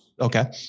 Okay